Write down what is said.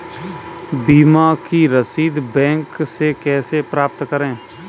बीमा की रसीद बैंक से कैसे प्राप्त करें?